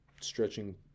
stretching